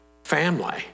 family